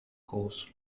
course